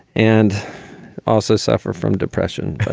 and also suffer from depression